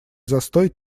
застой